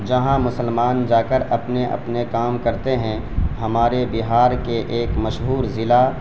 جہاں مسلمان جا کر اپنے اپنے کام کرتے ہیں ہمارے بہار کے ایک مشہور ضلع